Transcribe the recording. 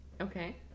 Okay